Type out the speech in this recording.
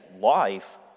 life